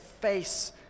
face